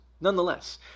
nonetheless